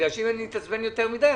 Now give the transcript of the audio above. כי אם אני אתעצבן יותר מדי,